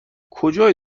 کجای